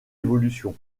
évolution